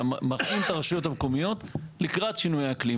אנחנו מכינים את הרשויות המקומיות לקראת שינויי האקלים.